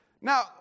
Now